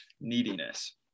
neediness